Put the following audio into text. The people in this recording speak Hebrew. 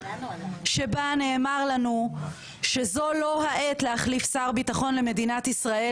שבה נאמר לנו שזו לא העת להחליף שר ביטחון למדינת ישראל.